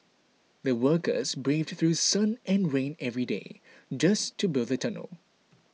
the workers braved through sun and rain every day just to build the tunnel